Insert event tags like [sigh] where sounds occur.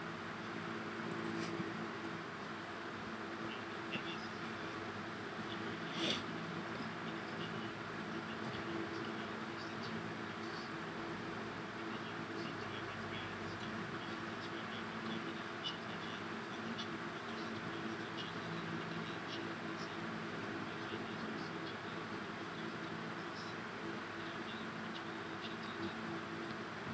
[noise]